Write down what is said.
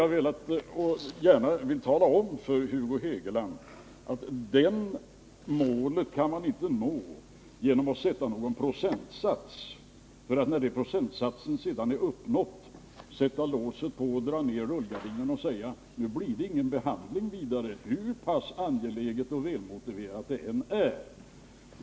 Jag vill gärna tala om för Hugo Hegeland att det målet kan man inte nå genom att sätta någon procentsats för att sedan, när den procentsatsen är uppnådd, sätta låset på, dra ned rullgardinen och säga: Nu blir det ingen behandling vidare hur angeläget och välmotiverat det än är.